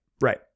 Right